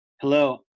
hello